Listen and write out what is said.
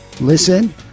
Listen